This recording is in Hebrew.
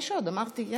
אמרתי.